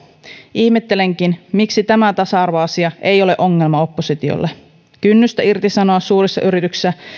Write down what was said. ihmettelenkin miksi tämä tasa arvoasia ei ole ongelma oppositiolle kynnystä irtisanoa suurissa yrityksissä